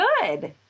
good